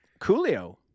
coolio